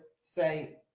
say